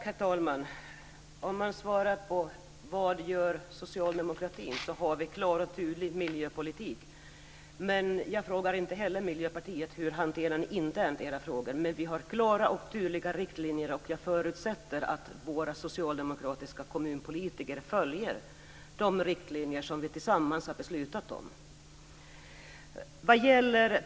Herr talman! För att svara på frågan om vad Socialdemokraterna gör kan jag säga att vi har en klar och tydlig miljöpolitik men jag frågar inte er i Miljöpartiet hur ni internt hanterar era frågor. Vi har klara och tydliga riktlinjer och jag förutsätter att våra socialdemokratiska kommunpolitiker följer de riktlinjer som vi tillsammans har beslutat.